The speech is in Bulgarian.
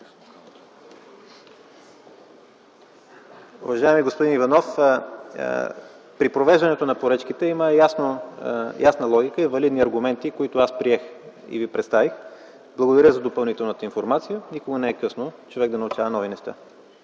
Уважаеми господин Иванов, при провеждането на поръчките има ясна логика и валидни аргументи, които аз приех и Ви представих. Благодаря за допълнителната информация. Никога не е късно човек да научава нови неща.